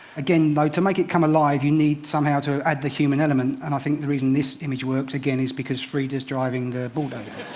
again though, to make it come alive you need, somehow, to add the human element. and i think the reason this image works, again, is because frieda is driving the bulldozer.